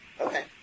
Okay